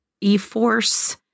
e-force